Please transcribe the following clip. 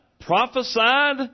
prophesied